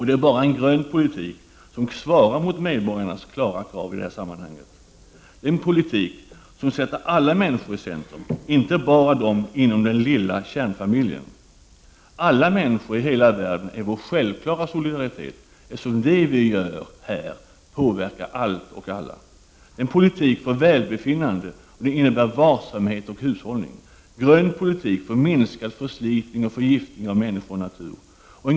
Det är bara en grön politik som svarar mot medborgarnas klara krav. Grön politik som sätter alla människor i centrum, inte bara de inom den lilla kärnfamiljen. Alla människor i hela världen är vår självklara solidaritet, eftersom det vi gör här påverkar allt och alla. Grön politik för välbefinnande innebär varsamhet och hushållning.